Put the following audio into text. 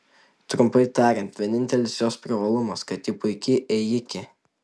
trumpai tariant vienintelis jos privalumas kad ji puiki ėjikė